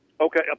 okay